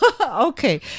okay